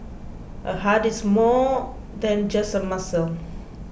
a heart is more than just a muscle